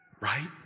right